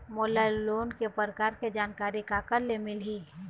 मोला लोन के प्रकार के जानकारी काकर ले मिल ही?